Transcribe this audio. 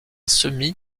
semis